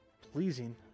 pleasing